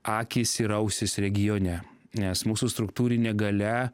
akys ir ausys regione nes mūsų struktūrinė galia